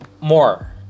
more